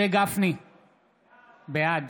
בעד